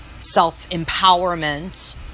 self-empowerment